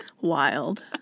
Wild